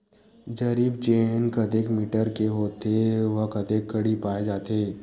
जरीब चेन कतेक मीटर के होथे व कतेक कडी पाए जाथे?